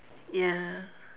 ya